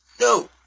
No